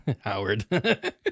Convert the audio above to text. Howard